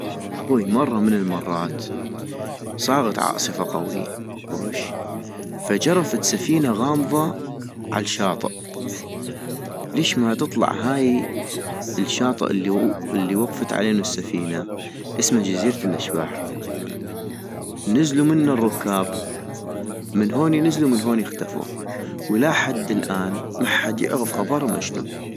اخوي مرة من المرات صاغت عاصفة قوي، خوش، فجرفت سفينة غامضة عالشاطئ، ليش ما تطلع هاي الشاطئ الي وقفت علينو السفينة اسما جزيرة الاشباح، نزلو منا الركاب من هوني نزلو من هوني اختفو ، والى حد الآن محد يعغف خبرم اشنو